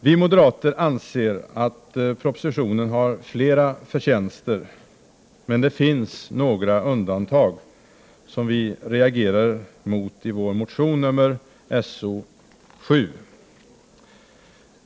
Vi moderater anser att propositionen har flera förtjänster, men det finns några undantag som vi reagerar mot i vår motion nr §07.